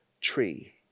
tree